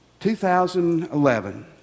2011